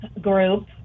group